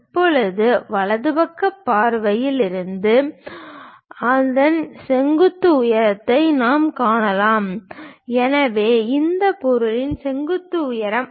இப்போது வலது பக்க பார்வையில் இருந்து அதன் செங்குத்து உயரத்தை நாம் காணலாம் எனவே இந்த பொருளின் செங்குத்து உயரம் H